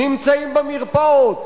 נמצאים במרפאות,